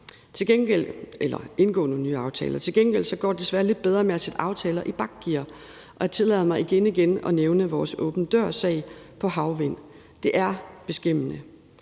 Til gengæld går det desværre lidt bedre med at sætte aftaler i bakgear, og jeg tillader mig igen igen at nævne vores åben dør-sag på havvind. Det er beskæmmende.